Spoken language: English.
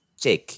check